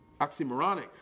oxymoronic